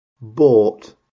BOUGHT